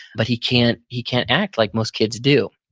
but he can't he can't act like most kids do.